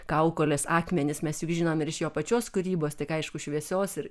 kaukolės akmenys mes juk žinomeiš jo pačios kūrybos tik aišku šviesios ir